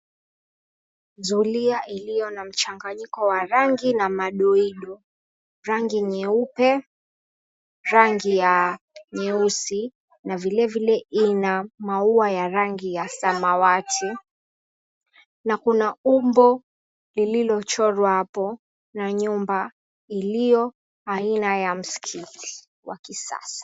Zulia iliyo na mchanganyiko wa rangi na madoido, rangi nyeupe, rangi ya nyeusi na vilevile ina maua ya rangi ya samawati na kuna umbo lililochorwa hapo na nyumba iliyo aina ya msikiti wa kisasa.